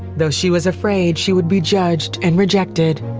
though she was afraid she would be judged and rejected.